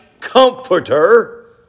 Comforter